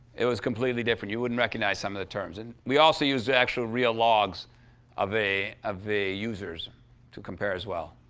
it was completely different. you wouldn't recognize some of the terms. and we also used actual, real logs of of the users to compare as well.